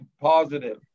positive